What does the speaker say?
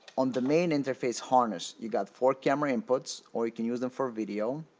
on the main interface harness, you've got four camera inputs or you can use them for video,